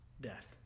death